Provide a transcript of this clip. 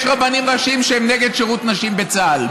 יש רבנים ראשיים שהם נגד שירות נשים בצה"ל,